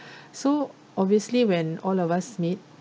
so obviously when all of us meet